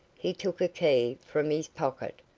he took a key from his pocket,